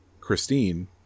Christine